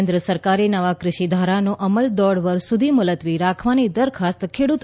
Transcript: કેન્દ્ર સરકારે નવા ક઼ષિ ધારાનો અમલ દોઢ વર્ષ સુધી મુલતવી રાખવાની દરખાસ્ત ખેડૂત